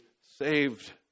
saved